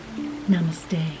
Namaste